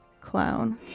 clown